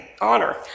honor